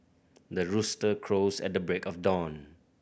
the rooster crows at the break of dawn